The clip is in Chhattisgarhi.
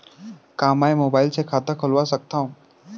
का मैं मोबाइल से खाता खोलवा सकथव?